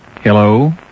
Hello